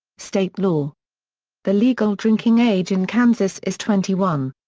state law the legal drinking age in kansas is twenty one.